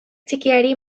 txikiari